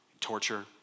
torture